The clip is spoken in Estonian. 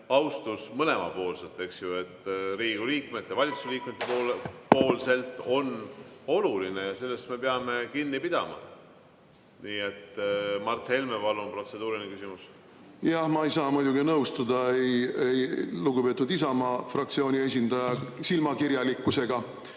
austus mõlemapoolselt, eks ju, Riigikogu liikmete ja valitsuse liikmete poolt on oluline ja sellest me peame kinni pidama. Mart Helme, palun, protseduuriline küsimus! Jah, ma ei saa muidugi nõustuda ei lugupeetud Isamaa fraktsiooni esindaja silmakirjalikkusega